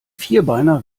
vierbeiner